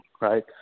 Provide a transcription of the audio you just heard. right